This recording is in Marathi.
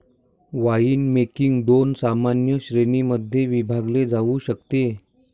वाइनमेकिंग दोन सामान्य श्रेणीं मध्ये विभागले जाऊ शकते